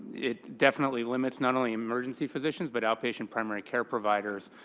it definitely limits not only emergency physicians, but outpatient primary care providers.